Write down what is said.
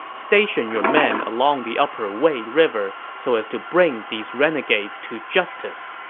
station your men along the upper wei river so as to bring these renegades to justice.